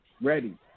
ready